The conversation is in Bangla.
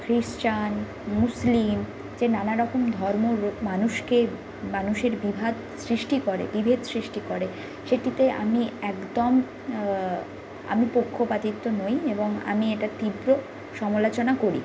খ্রিষ্টান মুসলিম যে নানা রকম ধর্মেরও মানুষকে মানুষের বিভেদ সৃষ্টি করে বিভেদ সৃষ্টি করে সেটিতে আমি একদম আমি পক্ষপাতিত্ব নই এবং আমি এটার তীব্র সমালোচনা করি